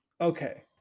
Okay